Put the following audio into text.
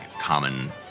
common